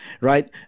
right